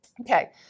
Okay